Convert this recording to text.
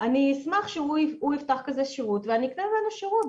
אני אשמח שהוא יפתח כזה שירות ואני אקנה ממנו שירות,